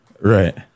Right